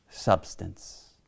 substance